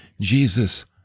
Jesus